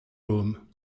room